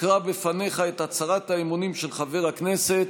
אקרא בפניך את הצהרת האמונים של חבר הכנסת,